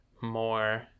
more